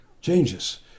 changes